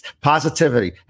positivity